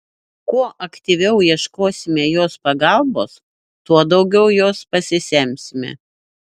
kuo aktyviau ieškosime jos pagalbos tuo daugiau jos pasisemsime